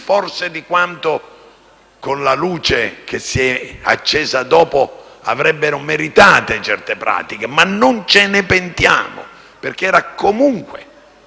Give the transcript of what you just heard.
con la luce che si è accesa in seguito, avrebbero meritato certe pratiche. Ma non ce ne pentiamo, perché era comunque un anelito di